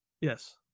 Yes